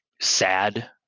sad